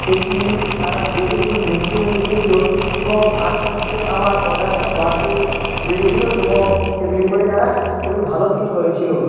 সেটি তারা দেখে খুবই মুগ্ধ হয়ে গিয়েছিল এবং আস্তে আস্তে আমার অর্ডারটাও বাড়তে বেড়েছিল এবং সেগুলি পরে তারা খুবই ভালো ফিল করেছিল